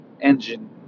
engine